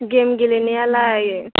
game गेलेनायालाय